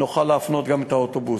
נוכל להפנות גם את האוטובוסים.